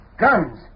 guns